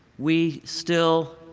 we still